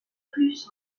plus